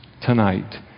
tonight